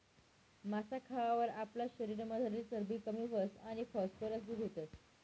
मासा खावावर आपला शरीरमझारली चरबी कमी व्हस आणि फॉस्फरस बी भेटस